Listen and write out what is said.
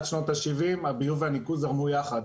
עד שנות ה-70' הביוב והניקוז זרמו יחד